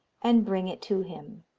and bring it to him.